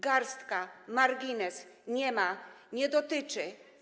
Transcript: Garstka, margines, nie ma, nie dotyczy.